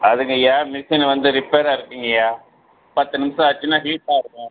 அதுங்கய்யா machine வந்து ரிப்பேரா இருக்குதுங்கய்யா பத்து நிமிஷம் ஆச்சுன்னால் ஹீட்டாயிருக்கும்